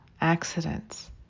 accidents